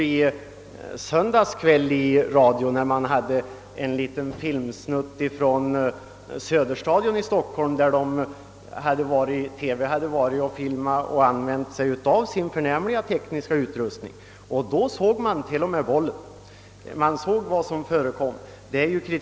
I söndagskvällens TV visades emellertid en liten filmsnutt från Söderstadion i Stockholm, där TV hade använt sin förnämliga tekniska utrustning och då såg man t.o.m. bollen och allt vad som förekom!